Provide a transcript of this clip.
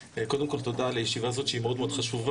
קודם כל תודה על הישיבה הזאת שהיא מאוד מאוד חשובה.